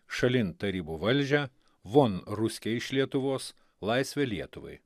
šalin tarybų valdžią von ruskiai iš lietuvos laisvę lietuvai